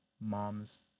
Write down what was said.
mom's